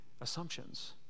assumptions